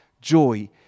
joy